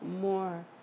more